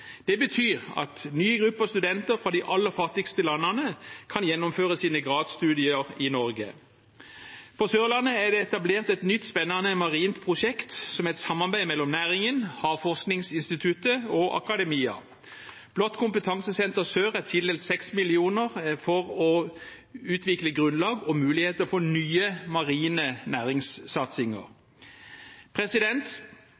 Det betyr at nye grupper studenter fra de aller fattigste landene kan gjennomføre sine gradsstudier i Norge. På Sørlandet er det etablert et nytt, spennende marint prosjekt som er et samarbeid mellom næringen, Havforskningsinstituttet og akademia. Blått kompetansesenter Sør er tildelt 6 mill. kr for å utvikle grunnlag og muligheter for nye marine